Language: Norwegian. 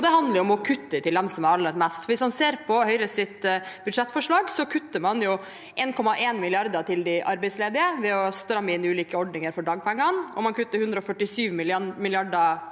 det handler om å kutte til dem som har aller minst. Hvis man ser på Høyres budsjettforslag, kutter man 1,1 mrd. kr til de arbeidsledige ved å stramme inn på ulike ordninger for dagpenger, og man kutter 147 mrd.